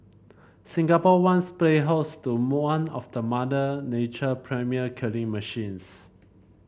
Singapore once played host to of the Mother Nature premium killing machines